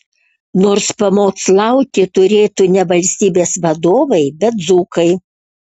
nors pamokslauti turėtų ne valstybės vadovai bet dzūkai